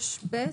בעצם 26ב(3)(ב).